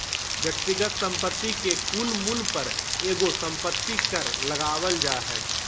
व्यक्तिगत संपत्ति के कुल मूल्य पर एगो संपत्ति कर लगावल जा हय